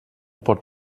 pot